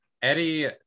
Eddie